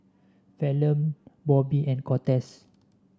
Falon Bobby and Cortez